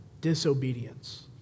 Disobedience